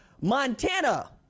Montana